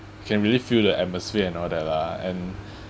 can really feel the atmosphere and all that lah and